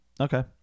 Okay